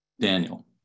Daniel